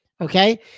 okay